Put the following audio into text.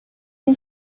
این